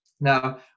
Now